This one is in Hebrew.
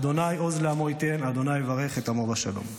אדוני עוז לעמו ייתן, אדוני יברך את עמו בשלום.